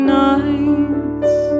nights